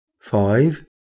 five